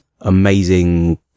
amazing